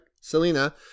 Selena